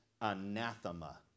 anathema